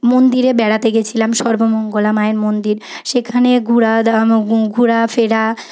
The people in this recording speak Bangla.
মন্দিরে বেড়াতে গেছিলাম সর্বমঙ্গলা মায়ের মন্দির সেখানে ঘোরা ঘোরাফেরা